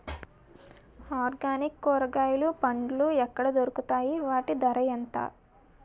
Organic కూరగాయలు పండ్లు ఎక్కడ దొరుకుతాయి? వాటి ధర ఎంత?